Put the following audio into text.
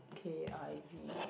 k_i_v